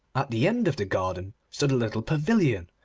at the end of the garden stood a little pavilion.